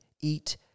eat